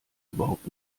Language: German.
überhaupt